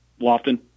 Lofton